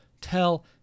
tell